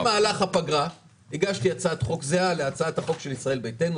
במהלך הפגרה הגשתי הצעת חוק זהה להצעת החוק של ישראל ביתנו.